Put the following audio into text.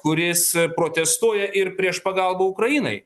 kuris protestuoja ir prieš pagalbą ukrainai